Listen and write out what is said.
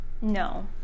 No